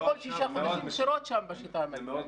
אין כל שישה חודשים בחירות שם בשיטה האמריקאית.